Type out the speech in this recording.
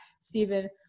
Stephen